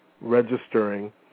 registering